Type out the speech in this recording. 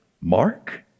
Mark